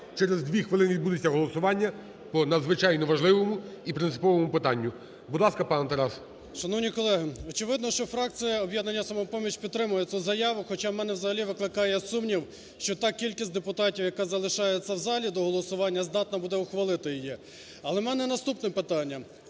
через 2 хвилини відбудеться голосування по надзвичайно важливому і принциповому питанню. Будь ласка, пане Тарас. 14:05:17 ПАСТУХ Т.Т. Шановні колеги, очевидно, що фракція "Об'єднання "Самопоміч" підтримає цю заяву, хоча в мене взагалі викликає сумнів, що та кількість депутатів. яка залишається в залі до голосування здатна буде ухвалити її. Але в мене наступне питання,